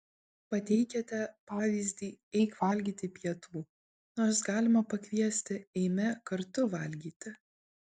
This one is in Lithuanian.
pateikiate pavyzdį eik valgyti pietų nors galima pakviesti eime kartu valgyti